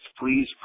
please